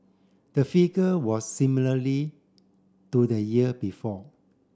the figure was similarly to the year before